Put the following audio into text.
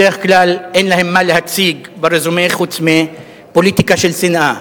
בדרך כלל אין להם מה להציג ברזומה חוץ מפוליטיקה של שנאה.